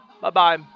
bye-bye